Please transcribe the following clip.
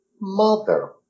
Mother